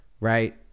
Right